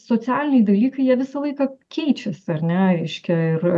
socialiniai dalykai jie visą laiką keičiasi ar ne reiškia ir